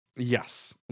Yes